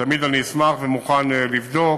תמיד אשמח ואני מוכן לבדוק